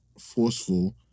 forceful